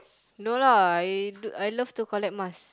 no lah I do I love to collect mask